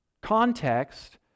Context